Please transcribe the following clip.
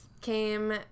Came